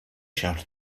shouted